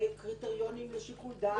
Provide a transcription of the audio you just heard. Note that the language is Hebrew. לקריטריונים ולשיקול הדעת,